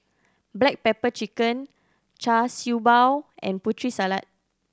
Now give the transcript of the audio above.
black pepper chicken Char Siew Bao and Putri Salad